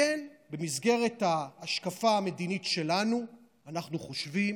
כן, במסגרת ההשקפה המדינית שלנו אנחנו חושבים,